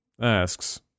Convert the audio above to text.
asks